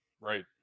Right